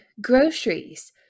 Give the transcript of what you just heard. groceries